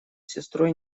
сестрой